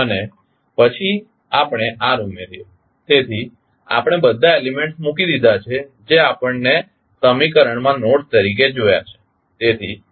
અને પછી આપણે R ઉમેરીએ તેથી આપણે બધા એલીમેન્ટ્સ મૂકી દીધા છે જે આપણે સમીકરણમાં નોડસ તરીકે જોયા છે